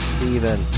Steven